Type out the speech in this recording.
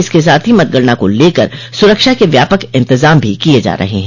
इसके साथ ही मतगणना को लेकर सुरक्षा क व्यापक इंतजाम भी किये जा रहे हैं